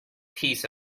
piece